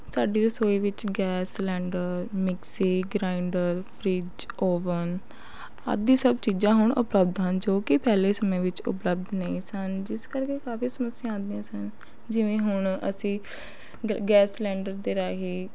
ਸਾਡੀ ਰਸੋਈ ਵਿੱਚ gas cylinder mixie grinder fridge oven ਆਦਿ ਸਭ ਚੀਜ਼ਾਂ ਹੁਣ ਉਪਲਬਧ ਹਨ ਜੋ ਕਿ ਪਹਿਲੇ ਸਮੇਂ ਵਿੱਚ ਉਪਲਬਧ ਨਹੀਂ ਸਨ ਜਿਸ ਕਰਕੇ ਕਾਫ਼ੀ ਸਮੱਸਿਆਵਾਂ ਆਉਂਦੀਆਂ ਸਨ ਜਿਵੇਂ ਹੁਣ ਅਸੀਂ ਗੇ ਗੈਸ ਸਿਲੰਡਰ ਦੇ ਰਾਹੀਂ